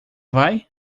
vai